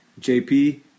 jp